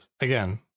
again